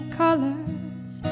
colors